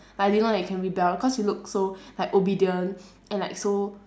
I didn't know you can rebel cause you look so like obedient and like so